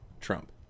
trump